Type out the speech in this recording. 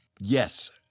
yes